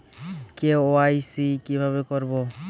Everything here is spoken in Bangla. কে.ওয়াই.সি কিভাবে করব?